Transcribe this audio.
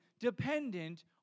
dependent